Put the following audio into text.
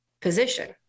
position